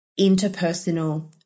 interpersonal